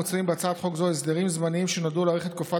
מוצעים בהצעת חוק זו הסדרים זמניים שנועדו להאריך את תקופת